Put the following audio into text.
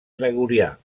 gregorià